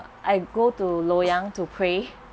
I go to loyang to pray